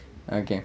okay